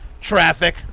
Traffic